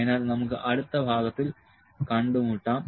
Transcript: അതിനാൽ നമുക്ക് അടുത്ത ഭാഗത്തിൽ കണ്ടുമുട്ടാം